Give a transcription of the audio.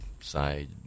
side